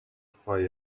тухай